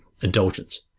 indulgence